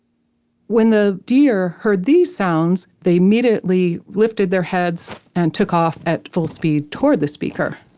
when the deer heard these sounds, they immediately lifted their heads and took off at full speed toward the speaker.